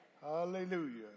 Hallelujah